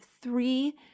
three